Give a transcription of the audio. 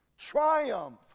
Triumph